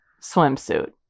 swimsuit